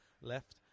left